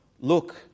look